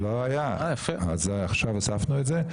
לא היה אז עכשיו הוספנו את זה,